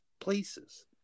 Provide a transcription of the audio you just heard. places